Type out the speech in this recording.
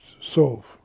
solve